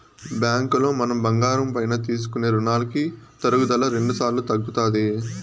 బ్యాంకులో మనం బంగారం పైన తీసుకునే రునాలకి తరుగుదల రెండుసార్లు తగ్గుతాది